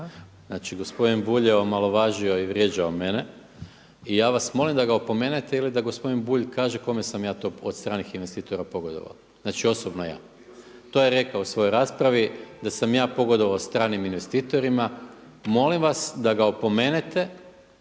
Znači gospodin Bulj je omalovažio i vrijeđao mene i ja vas molim da ga opomenete ili da gospodin Bulj kaže kome sam ja to od stranih investitora pogodovao, znači osobno ja. To je rekao u svojoj raspravi da sam ja pogodovao stranim investitorima. Molim vas da ga opomenete